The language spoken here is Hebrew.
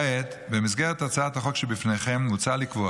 כעת, במסגרת הצעת החוק שבפניכם, מוצע לקבוע